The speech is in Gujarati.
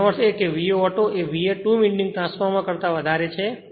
તેનો અર્થ એ કે VA auto એ VA ટુ વિન્ડિંગ ટ્રાન્સફોર્મર કરતા વધારે છે